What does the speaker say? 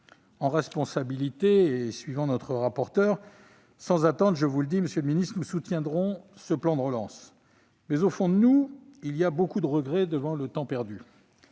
En responsabilité, suivant notre rapporteur spécial, je vous le dis sans attendre, monsieur le ministre, nous soutiendrons ce plan de relance ; mais, au fond de nous, il y a beaucoup de regret devant le temps perdu.